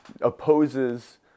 opposes